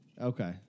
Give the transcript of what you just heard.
Okay